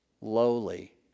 lowly